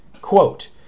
Quote